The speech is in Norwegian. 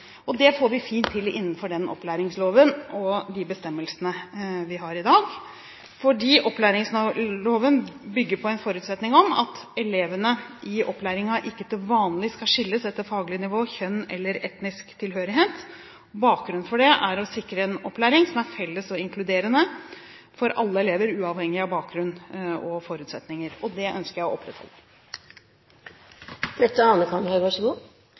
Det får vi fint til innenfor den opplæringsloven og de bestemmelsene vi har i dag, fordi opplæringsloven bygger på en forutsetning om at elevene i opplæringen ikke «til vanlig» skal skilles etter faglig nivå, kjønn eller etnisk tilhørighet. Bakgrunnen for dette er å sikre en opplæring som er felles og inkluderende for alle elever, uavhengig av bakgrunn og forutsetninger, og det ønsker jeg å opprettholde.